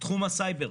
תחום הסייבר.